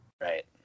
Right